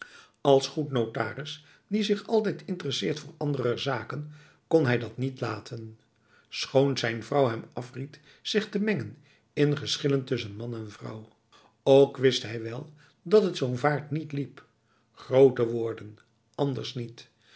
als n goed notaris die zich altijd interesseert voor anderer zaken kon hij dat niet laten schoon zijn vrouw hem afried zich te mengen in geschillen tussen man en vrouw ook wist hij wel dat het zo'n vaart niet liep grote woorden anders niet